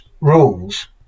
rules